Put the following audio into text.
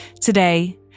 Today